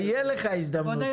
תהיה לך הזדמנות,